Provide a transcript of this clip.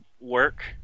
work